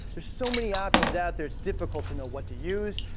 there's so many options out there it's difficult to know what to use.